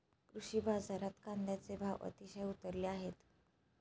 कृषी बाजारात कांद्याचे भाव अतिशय उतरले आहेत